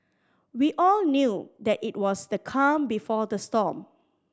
we all knew that it was the calm before the storm